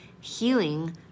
healing